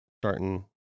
starting